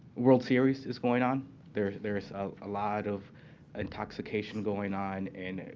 world series is going on there. there is a lot of intoxication going on and